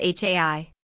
HAI